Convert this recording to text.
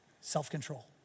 self-control